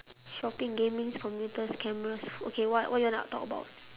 shopping gamings computers cameras okay what what you want to talk about